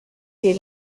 les